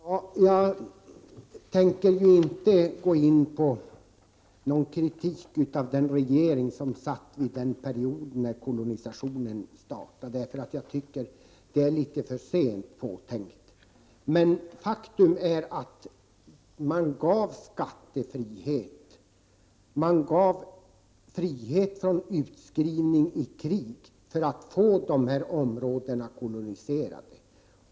Herr talman! Jag tänker inte gå in på någon kritik av den regering som satt vid den tidpunkten när kolonisationen startade, för det tycker jag är litet för sent påtänkt. Faktum är dock att man gav skattefrihet och frihet från utskrivning i krig för att få de här områdena koloniserade.